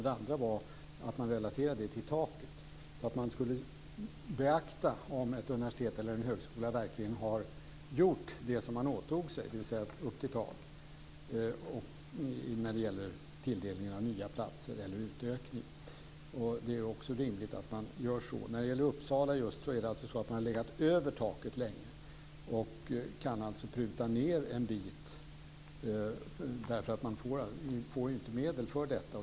Den andra är att man ska relatera detta till taket. Man ska beakta om ett universitet eller en högskola verkligen har gjort det som man har åtagit sig, dvs. upp till tak, när det gäller tilldelningen av nya platser eller en utökning. Det är rimligt att man gör så. I Uppsala har man alltså länge legat över taket och kan pruta ned en bit eftersom man inte får medel för detta.